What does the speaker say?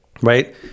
Right